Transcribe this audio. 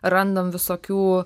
randam visokių